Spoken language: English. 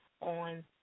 on